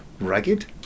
ragged